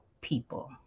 people